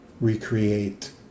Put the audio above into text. recreate